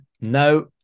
no